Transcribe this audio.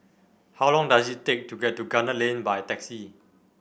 how long does it take to get to Gunner Lane by taxi